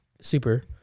Super